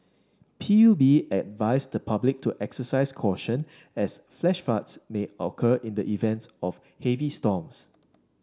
P U B advised the public to exercise caution as flash floods may occur in the events of heavy storms